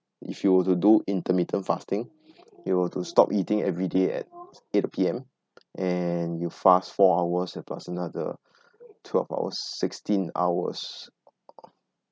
if you were to do intermittent fasting you were to stop eating everyday at eight P_M and you fast four hours plus another twelve hours sixteen hours